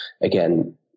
again